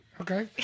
okay